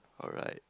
alright